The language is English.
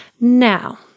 Now